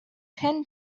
pin